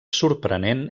sorprenent